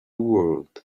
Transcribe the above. world